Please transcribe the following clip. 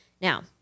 Now